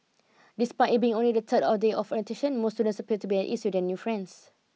despite it being only the third or day of orientation most students appeared to be at ease with their new friends